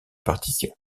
partitions